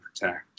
protect